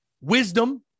wisdom